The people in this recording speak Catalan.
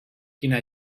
quina